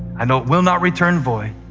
i know it will not return void.